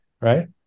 right